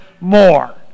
more